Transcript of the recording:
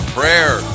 Prayer